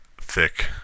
thick